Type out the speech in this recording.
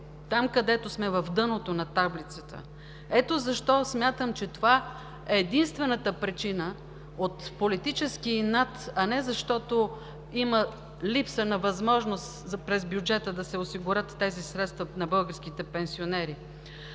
там, където сме в дъното на таблицата. Ето защо смятам, че това е единствената причина – от политически инат, а не защото има липса на възможност през бюджета да се осигурят тези средства на българските пенсионери.